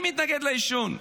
אני מתנגד לעישון.